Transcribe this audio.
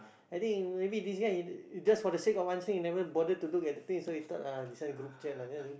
I think maybe this guy he just for the sake of answering he never bother to look at the thing so he thought uh this one group chat ah